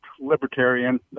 libertarian